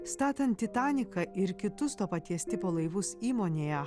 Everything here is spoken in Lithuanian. statant titaniką ir kitus to paties tipo laivus įmonėje